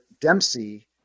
Dempsey